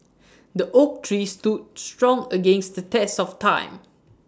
the oak trees stood strong against the test of time